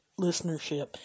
listenership